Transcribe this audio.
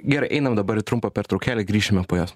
gerai einam dabar į trumpą pertraukėlę grįšime po jos